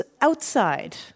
outside